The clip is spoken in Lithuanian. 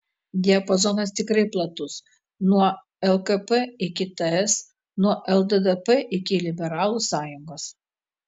diapazonas tikrai platus nuo lkp iki ts nuo lddp iki liberalų sąjungos